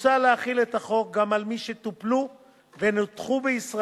מוצע להחיל את החוק גם על מי שטופלו ונותחו בישראל